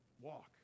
walk